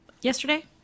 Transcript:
Yesterday